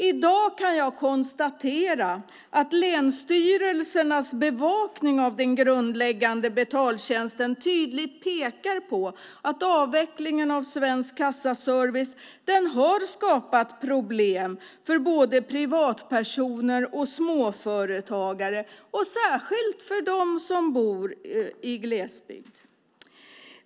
I dag kan jag konstatera att länsstyrelsernas bevakning av den grundläggande betaltjänsten tydligt pekar på att avvecklingen av Svensk Kassaservice har skapat problem för både privatpersoner och småföretagare, och särskilt för dem som bor i glesbygd.